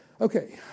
Okay